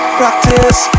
practice